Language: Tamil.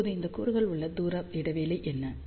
இப்போது இந்த கூறுக்கு உள்ள தூர இடைவெளி என்ன